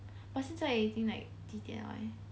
but 现在已经 like 几点 liao eh